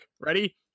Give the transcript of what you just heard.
Ready